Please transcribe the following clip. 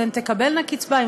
אם הן תקבלנה קצבה,